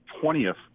twentieth